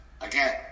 Again